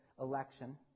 election